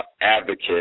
advocate